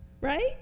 Right